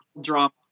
drama